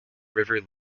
river